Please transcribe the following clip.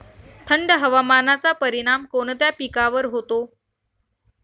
थंड हवामानाचा परिणाम कोणत्या पिकावर होतो?